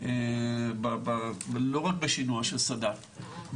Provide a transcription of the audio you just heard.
לא רק בשינוע של סד"כ,